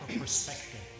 perspective